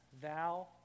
thou